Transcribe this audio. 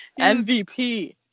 MVP